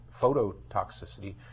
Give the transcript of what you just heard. phototoxicity